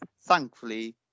Thankfully